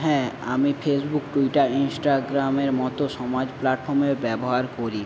হ্যাঁ আমি Facebook Twitter ইন্সটাগ্রামের মতো সমাজ প্ল্যাটফর্মের ব্যবহার করি